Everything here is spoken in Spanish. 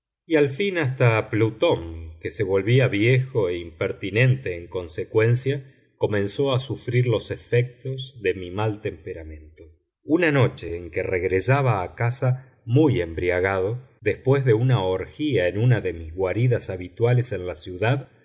y al fin hasta plutón que se volvía viejo e impertinente en consecuencia comenzó a sufrir los efectos de mi mal temperamento una noche en que regresaba a casa muy embriagado después de una orgía en una de mis guaridas habituales en la ciudad